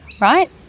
Right